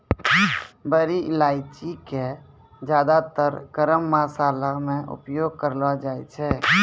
बड़ी इलायची कॅ ज्यादातर गरम मशाला मॅ उपयोग करलो जाय छै